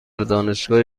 دانشگاه